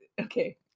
okay